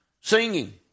singing